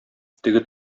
теге